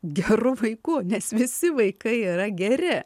geru vaiku nes visi vaikai yra geri